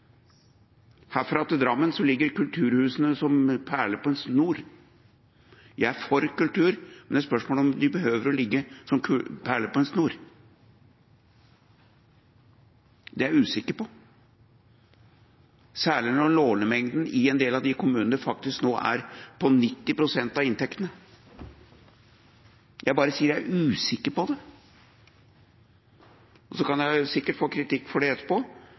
ligger kulturhusene som perler på en snor. Jeg er for kultur, men det er spørsmål om de behøver å ligge som perler på en snor! Det er jeg usikker på – særlig når lånemengden i en del av de kommunene faktisk nå er på 90 pst. av inntektene. Jeg bare sier jeg er usikker på det. Så kan jeg sikkert få kritikk for det